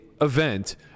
event